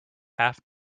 half